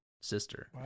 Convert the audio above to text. sister